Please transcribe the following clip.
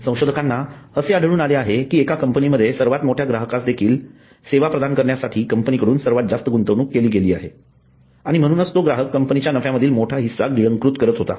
संशोधकांना असे आढळून आले आहे की एका कंपनीमध्ये सर्वात मोठ्या ग्राहकास देखील सेवा प्रदान करण्यासाठी कंपनीकडून सर्वात जास्त गुंतवणूक केली गेली आणि म्हणूनच तो ग्राहक कंपनीच्या नफ्यामधील मोठा हिस्सा गिळंकृत करत होता